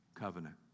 covenant